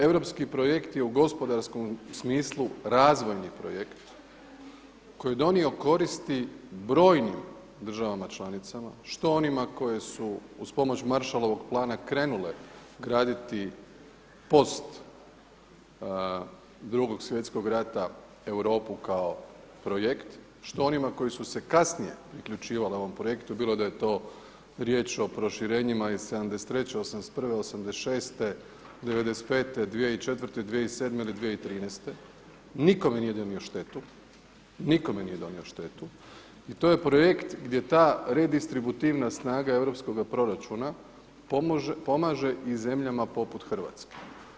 Europski projekt je u gospodarskom smislu razvojni projekt koji je donio koristi brojnim državama članicama, što onima koje su uz pomoć Maršalovog plana krenule graditi post 2. svjetskog rata Europu kao projekt, što onima koji su se kasnije priključivali ovom projektu bilo da je to riječ o proširenjima iz 73., 81., 86., 95., 2004., 2007. ili 2013. nikome nije donio štetu, nikome nije donio štetu i to je projekt gdje ta redistributivna snaga europskoga proračuna pomaže i zemljama poput Hrvatske.